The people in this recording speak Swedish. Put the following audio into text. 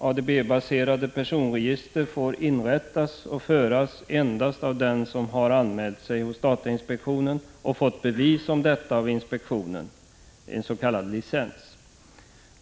ADB-baserade personregister får inrättas och föras endast av den som har anmält sig hos datainspektionen och fått bevis om detta av inspektionen, s.k. licens.